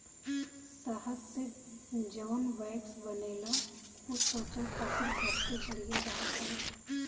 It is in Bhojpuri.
शहद से जवन वैक्स बनेला उ त्वचा खातिर बहुते बढ़िया रहत हवे